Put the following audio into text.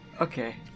Okay